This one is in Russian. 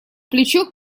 плечо